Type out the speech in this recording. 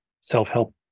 self-help